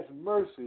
mercy